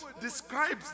describes